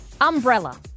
Umbrella